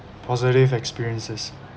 positive experiences